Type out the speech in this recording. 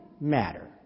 matter